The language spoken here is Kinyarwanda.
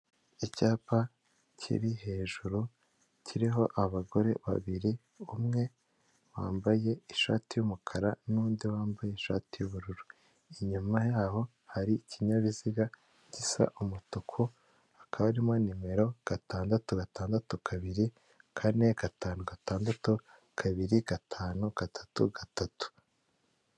Icyapa kiri hejuru kiriho abagore babiri umwe wambaye ishati y'umukara n'undi wambaye ishati y'ubururu, inyuma yaho hari ikinyabiziga gisa umutuku hakaba harimo nimero gatandatu gatandatu kabiri kane gatanu gatandatu kabiri gatanu gatatu gatatu.